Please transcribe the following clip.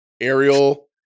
ariel